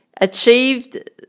achieved